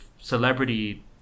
celebrity